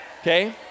Okay